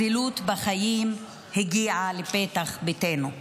הזילות בחיים הגיעה לפתח ביתנו.